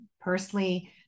personally